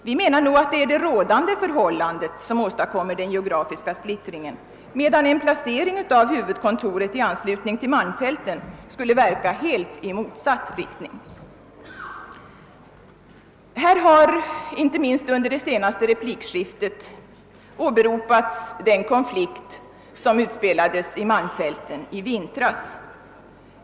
Vi menar att det är rådande förhållanden som åstadkommer den «geografiska splittringen, medan en placering av huvudkontoret i anslutning till malmfälten skulle verka i helt motsatt riktning. Inte minst under det senaste replikskiftet här har åberopats den konflikt som har utspelats vid malmfälten under den gångna vintern.